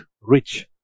rich